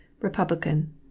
Republican